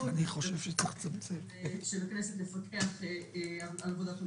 וביכולת של הכנסת לפקח על עבודת הממשלה.